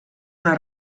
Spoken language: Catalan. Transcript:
una